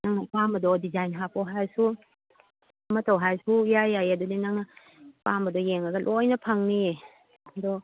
ꯅꯪꯅ ꯑꯄꯥꯝꯕꯗꯣ ꯗꯤꯖꯥꯏꯟ ꯍꯥꯞꯄꯣ ꯍꯥꯏꯔꯁꯨ ꯑꯃ ꯇꯧ ꯍꯥꯏꯔꯁꯨ ꯏꯌꯥ ꯌꯥꯏꯌꯦ ꯑꯗꯨꯗꯩꯗꯤ ꯅꯪꯅ ꯑꯄꯥꯝꯕꯗ ꯌꯦꯡꯉꯒ ꯂꯣꯏꯅ ꯐꯪꯅꯤꯌꯦ ꯑꯗꯣ